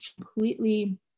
completely